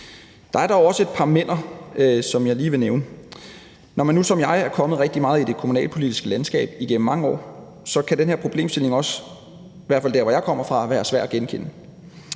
Der er dog også et par men'er, som jeg lige vil nævne. Når man nu som jeg er kommet rigtig meget i det kommunalpolitiske landskab igennem mange år, kan den her problemstilling – i hvert fald